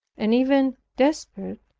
and even desperate,